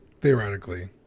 Theoretically